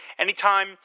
Anytime